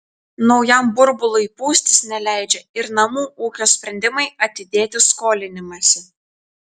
naujam burbului pūstis neleidžia ir namų ūkio sprendimai atidėti skolinimąsi